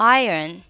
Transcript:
iron